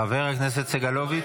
חבר הכנסת סגלוביץ'.